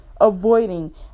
avoiding